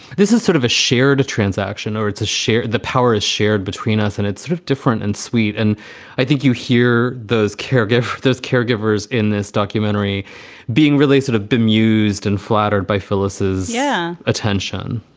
this is sort of a shared transaction or it's a shared the power is shared between us and it's sort of different and sweet. and i think you hear those caregivers, those caregivers in this documentary being really sort of bemused and flattered by phyllis's yeah. attention.